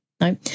no